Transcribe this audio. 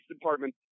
department